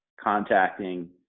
contacting